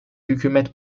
hükümet